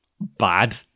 bad